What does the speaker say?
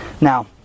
Now